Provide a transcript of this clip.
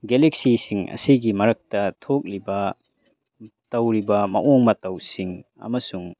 ꯒꯦꯂꯦꯛꯁꯤꯁꯤꯡ ꯑꯁꯤꯒꯤ ꯃꯔꯛꯇ ꯊꯣꯛꯂꯤꯕ ꯇꯧꯔꯤꯕ ꯃꯑꯣꯡ ꯃꯇꯧꯁꯤꯡ ꯑꯃꯁꯨꯡ